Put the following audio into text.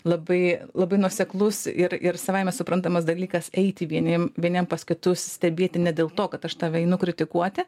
labai labai nuoseklus ir ir savaime suprantamas dalykas eiti vieniem vieniems pas kitus stebėti ne dėl to kad aš tave einu kritikuoti